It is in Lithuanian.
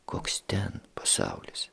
koks ten pasaulis